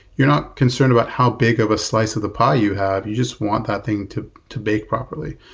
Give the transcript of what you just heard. you're not concerned about how big of a slice of the pie you have. you just want that thing to to bake properly.